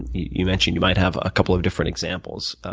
you mentioned you might have a couple of different examples.